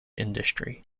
industry